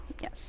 Yes